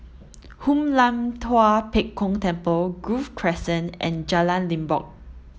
Hoon Lam Tua Pek Kong Temple Grove Crescent and Jalan Limbok